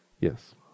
Yes